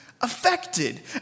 affected